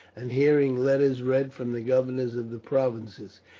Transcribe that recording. and hearing letters read from the governors of the provinces.